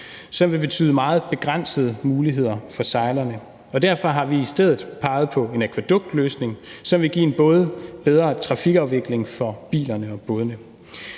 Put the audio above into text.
som vil betyde meget begrænsede muligheder for sejlerne. Og derfor har vi i stedet peget på en akvæduktløsning, som vil give en bedre trafikafvikling for både bilerne og bådene.